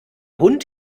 hund